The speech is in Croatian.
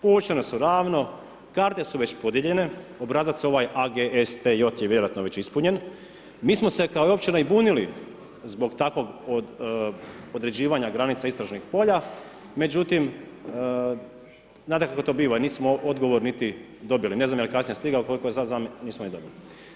Povučene su ravno, karte su već podijeljene, obrazac ovaj AGSTJ je vjerojatno već ispunjen, mi smo se i kao općina i bunili zbog takvog određivanja granica istražnih polja međutim znate kako to biva, nismo odgovor niti dobili, ne znam jel kasnije stigao, koliko znam, nismo ga dobili.